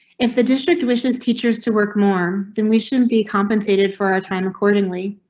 if the district wishes teachers to work more than we shouldn't be compensated for a time accordingly.